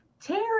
Terry